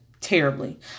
terribly